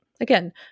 Again